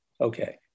okay